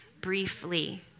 briefly